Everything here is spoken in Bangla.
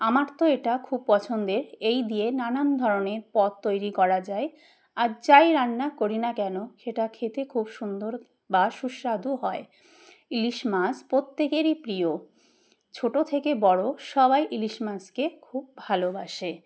আমার তো এটা খুব পছন্দের এই দিয়ে নানান ধরনের পথ তৈরি করা যায় আর যাই রান্না করি না কেন সেটা খেতে খুব সুন্দর বা সুস্বাদু হয় ইলিশ মাছ প্রত্যেকেরই প্রিয় ছোটো থেকে বড়ো সবাই ইলিশ মাছকে খুব ভালোবাসে